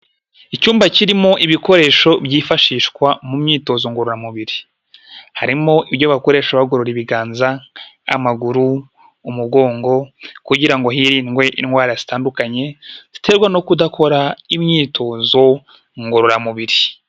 Icyumba kirimo ibikoresho byifashishwa mu myitozo ngororamubiri, harimo ibyo bakoresha bagorora ibiganza, amaguru, umugongo, kugira ngo hirindwe indwara zitandukanye ziterwa no kudakora imyitozo ngororamubiri.